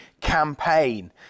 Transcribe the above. campaign